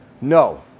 No